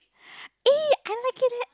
eh I like it leh